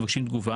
מבקשים תגובה